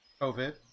COVID